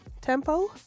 tempo